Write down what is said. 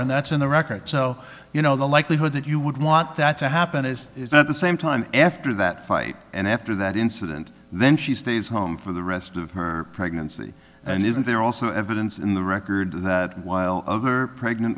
and that's in the record so you know the likelihood that you would want that to happen is not the same time after that fight and after that incident then she stays home for the rest of her pregnancy and isn't there also evidence in the record that while other pregnant